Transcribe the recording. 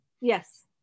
Yes